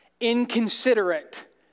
inconsiderate